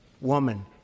woman